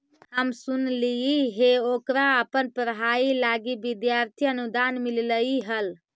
हम सुनलिइ हे ओकरा अपन पढ़ाई लागी विद्यार्थी अनुदान मिल्लई हल